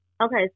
Okay